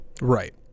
Right